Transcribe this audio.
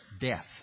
death